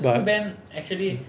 but mm